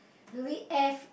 really air